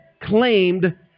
claimed